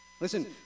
Listen